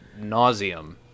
nauseum